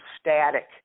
static